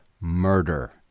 murder